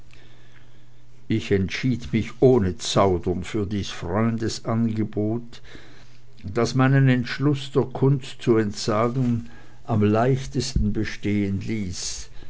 ich entschied mich ohne zaudern für dies freundesangebot das meinen entschluß der kunst zu entsagen am leichtesten bestehen ließ